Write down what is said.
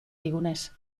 digunez